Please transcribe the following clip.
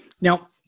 Now